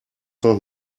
noch